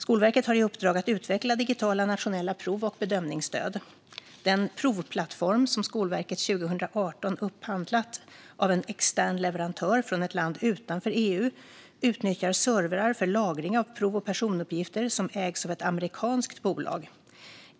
Skolverket har i uppdrag att utveckla digitala nationella prov och bedömningsstöd. Den provplattform som Skolverket 2018 upphandlade av en extern leverantör från ett land utanför EU utnyttjar servrar för lagring av prov och personuppgifter som ägs av ett amerikanskt bolag.